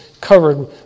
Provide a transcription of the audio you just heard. covered